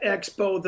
Expo